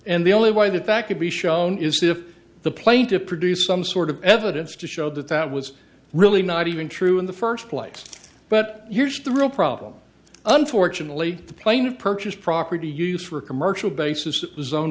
and the only way that fact can be shown is if the plane to produce some sort of evidence to show that that was really not even true in the first place but here's the real problem unfortunately the plane of purchased property used for commercial bases